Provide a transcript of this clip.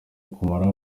kumaraho